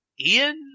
Ian